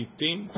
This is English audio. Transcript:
team